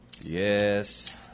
Yes